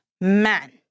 Man